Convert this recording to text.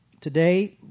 Today